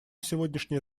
сегодняшнее